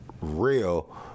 real